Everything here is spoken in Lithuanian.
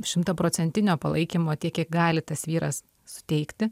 šimtaprocentinio palaikymo tiek kiek gali tas vyras suteikti